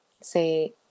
say